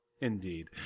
Indeed